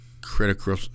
critical